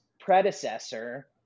predecessor